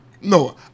No